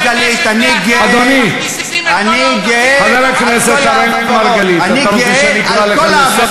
כשהמשק בהאטה לא לוקחים 40 מיליארד שקל באמצע